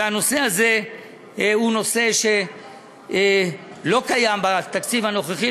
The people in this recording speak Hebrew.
והנושא הזה הוא נושא שלא קיים בתקציב הנוכחי,